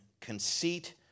conceit